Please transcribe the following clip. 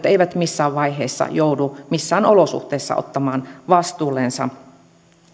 eivät missään vaiheessa joudu missään olosuhteissa ottamaan vastuullensa